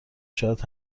شاید